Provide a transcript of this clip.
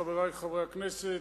חברי חברי הכנסת,